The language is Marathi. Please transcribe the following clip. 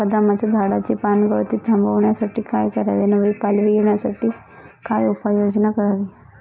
बदामाच्या झाडाची पानगळती थांबवण्यासाठी काय करावे? नवी पालवी येण्यासाठी काय उपाययोजना करावी?